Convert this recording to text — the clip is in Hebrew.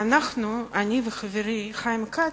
ואנחנו, אני וחברי חיים כץ,